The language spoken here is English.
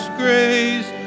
grace